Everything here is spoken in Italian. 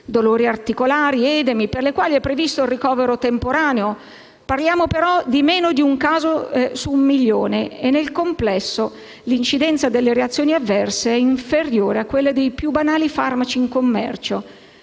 dolori articolari, edemi, per le quali è previsto il ricovero temporaneo; parliamo però di meno di un caso su un milione e, nel complesso, l'incidenza delle reazioni avverse è inferiore a quella dei più banali farmaci in commercio.